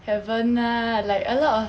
haven't lah like a lot of